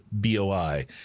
B-O-I